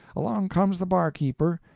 along comes the barkeeper,